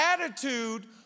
attitude